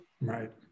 right